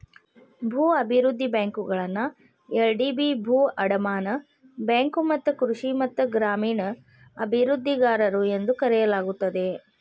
ಭೂ ಅಭಿವೃದ್ಧಿ ಬ್ಯಾಂಕುಗಳನ್ನ ಎಲ್.ಡಿ.ಬಿ ಭೂ ಅಡಮಾನ ಬ್ಯಾಂಕು ಮತ್ತ ಕೃಷಿ ಮತ್ತ ಗ್ರಾಮೇಣ ಅಭಿವೃದ್ಧಿಗಾರರು ಎಂದೂ ಕರೆಯಲಾಗುತ್ತದೆ